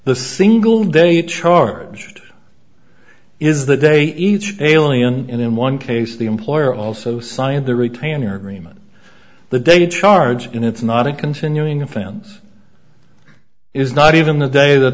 the single day charged is the day each alien in one case the employer also signed the retainer agreement the dated charge and it's not a continuing of fans is not even the day that